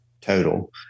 total